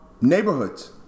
neighborhoods